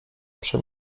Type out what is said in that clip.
przy